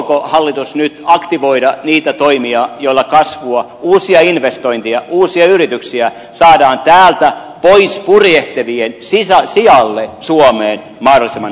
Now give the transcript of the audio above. aikooko hallitus nyt aktivoida niitä toimia joilla kasvua uusia investointeja uusia yrityksiä saadaan täältä pois purjehtivien sijalle suomeen mahdollisimman nopeasti